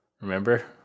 Remember